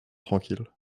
tranquille